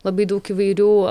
labai daug įvairių